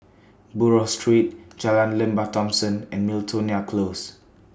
Buroh Street Jalan Lembah Thomson and Miltonia Close